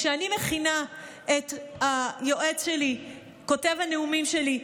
כשאני מכינה את היועץ שלי, כותב הנאומים שלי,